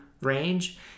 range